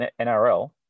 NRL